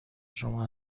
شما